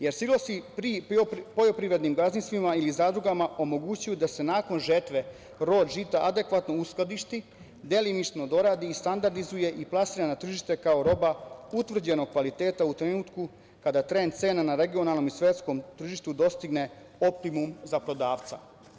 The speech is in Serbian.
Jer, silosi pri poljoprivrednim gazdinstvima ili zadrugama omogućuju da se nakon žetve rod žita adekvatno uskladišti, delimično doradi, standardizuje i plasira na tržište kao roba utvrđenog kvaliteta u trenutku kada trend cena na regionalnom i svetskom tržištu dostigne optimum za prodavca.